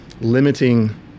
limiting